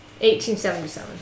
1877